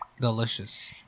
delicious